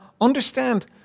understand